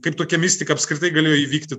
kaip tokia mistika apskritai galėjo įvykti